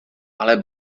ale